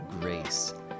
grace